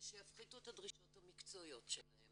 שיפחיתו את הדרישות המקצועיות שלהם,